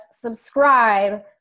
subscribe